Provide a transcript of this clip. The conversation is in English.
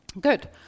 Good